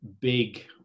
big